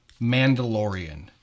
Mandalorian